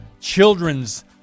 children's